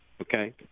Okay